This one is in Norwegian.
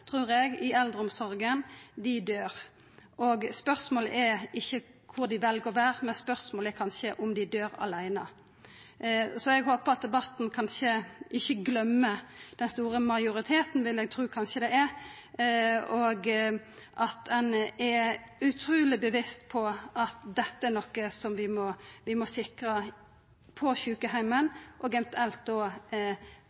trur dei aller, aller fleste døyr i eldreomsorga, og spørsmålet er ikkje kor dei veljer å vera, men spørsmålet er kanskje om dei døyr åleine. Så eg håper at debatten ikkje gløymer den store majoriteten, som eg trur det er, og at ein er utruleg bevisst på at dette er noko som vi må sikra på